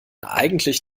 eigentlich